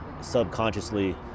subconsciously